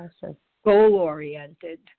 goal-oriented